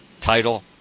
title